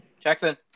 Jackson